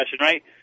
right